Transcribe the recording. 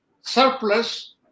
surplus